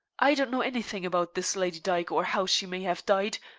i don't know anything about this lady dyke, or how she may have died,